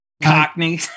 cockney